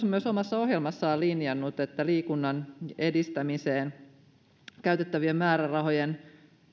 myös omassa ohjelmassaan linjannut että liikunnan edistämiseen käytettävien määrärahojen